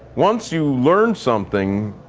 once you learn something,